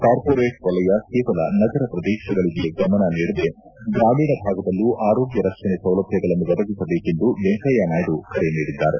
corporate ವಲಯ ಕೇವಲ ನಗರ ಪ್ರದೇಶಗಳಿಗೆ ಗಮನ ನೀಡದೇ ಗ್ರಾಮೀಣ ಭಾಗದಲ್ಲೂ ಆರೋಗ್ಯ ರಕ್ಷಣೆ ಸೌಲಭ್ಯಗಳನ್ನು ಒದಗಿಸಬೇಕೆಂದು ವೆಂಕಯ್ಯ ನಾಯ್ದು ಕರೆ ನೀಡಿದ್ದಾರೆ